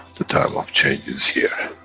the time of change is here.